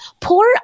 poor